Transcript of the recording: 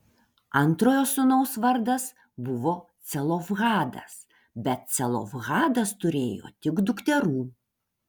antrojo sūnaus vardas buvo celofhadas bet celofhadas turėjo tik dukterų